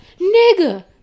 Nigga